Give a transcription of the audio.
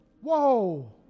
Whoa